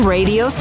Radio